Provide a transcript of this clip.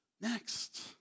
next